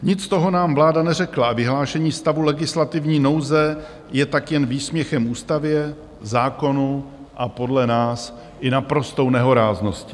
Nic z toho nám vláda neřekla a vyhlášení stavu legislativní nouze je tak jen výsměchem ústavě, zákonu a podle nás i naprostou nehoráznosti.